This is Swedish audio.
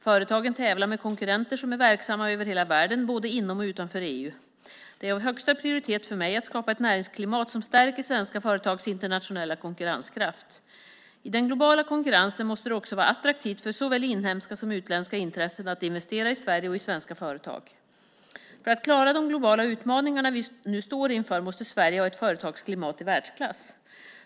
Företagen tävlar med konkurrenter som är verksamma över hela världen både inom och utanför EU. Det är av högsta prioritet för mig att skapa ett näringsklimat som stärker svenska företags internationella konkurrenskraft. I den globala konkurrensen måste det också vara attraktivt för såväl inhemska som utländska intressen att investera i Sverige och i svenska företag. För att klara de globala utmaningar vi nu står inför måste Sverige ha ett företagsklimat i världsklass.